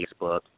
facebook